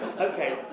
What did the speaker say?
Okay